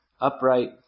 upright